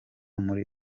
muri